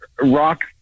rock